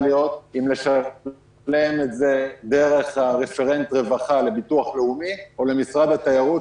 להיות אם לשלם את זה דרך רפרנט הרווחה לביטוח הלאומי או למשרד התיירות,